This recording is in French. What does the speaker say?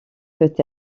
peut